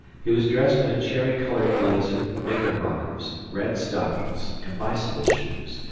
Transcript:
he was dressed in a cherry-coloured blazer, knickerbockers, red stockings, and bicycle shoes,